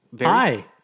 Hi